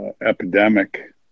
epidemic